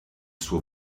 suo